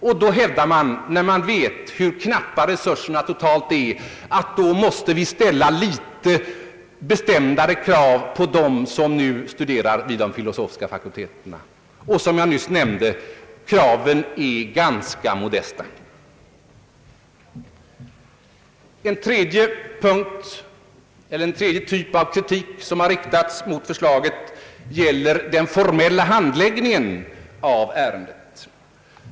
När man vet hur knappa resurserna totalt är, måste man ju ställa litet bestämdare krav på dem som nu studerar vid de filosofiska fakulteterna. Som jag nyss nämnde, är kraven ganska modesta. En tredje typ av kritik som riktats mot förslaget gäller den formella handläggningen av ärendet.